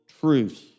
truths